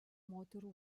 moterų